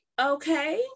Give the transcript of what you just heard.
okay